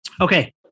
okay